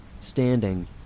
standing